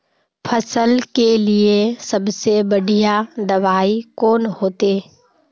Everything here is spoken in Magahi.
फसल के लिए सबसे बढ़िया दबाइ कौन होते?